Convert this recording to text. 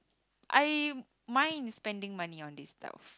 I mind in spending money on this stuff